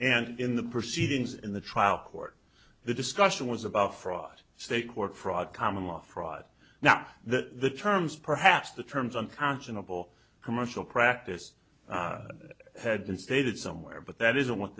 and in the proceedings in the trial court the discussion was about fraud state court fraud common law fraud now the terms perhaps the terms unconscionable commercial practice had been stated somewhere but that isn't w